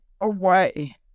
away